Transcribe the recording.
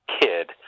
kid